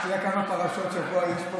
אתה יודע כמה פרשות השבוע יש?